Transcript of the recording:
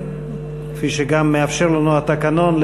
כפי שגם מאפשר לנו התקנון,